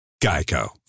Geico